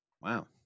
Wow